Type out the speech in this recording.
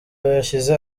bishyize